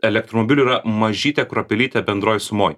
elektromobilių yra mažytė kruopelytė bendroj sumoj